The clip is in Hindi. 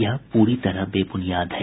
यह पूरी तरह बेबुनियाद है